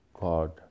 God